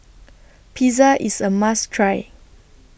Pizza IS A must Try